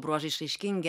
bruožai išraiškingi